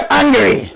angry